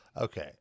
Okay